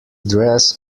dress